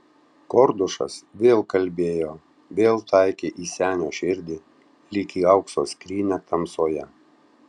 kordušas vėl kalbėjo vėl taikė į senio širdį lyg į aukso skrynią tamsoje